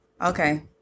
Okay